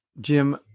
Jim